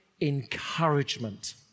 encouragement